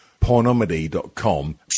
pornomedy.com